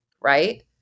right